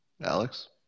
Alex